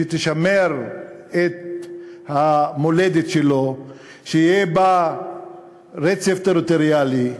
שתשמר את המולדת שלו, שיהיה בה רצף טריטוריאלי,